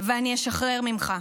ואני אשחרר ממך,